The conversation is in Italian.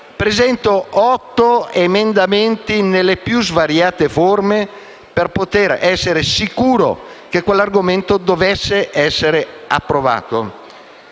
presentato otto emendamenti, nelle più svariate forme, per poter essere sicuro che quella norma fosse approvata.